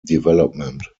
development